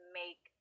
make